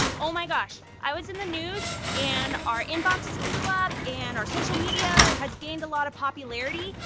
oh, my gosh, i was in the news and our inbox blew up and our social media has gained a lot of popularity.